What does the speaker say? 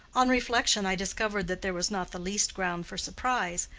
on reflection i discovered that there was not the least ground for surprise,